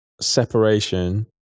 separation